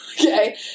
Okay